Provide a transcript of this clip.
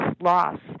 loss